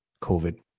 COVID